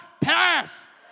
pass